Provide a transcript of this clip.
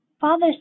Father